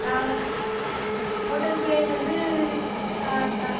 நாங்கள் ஹோட்டல் பேர் வந்து ஆ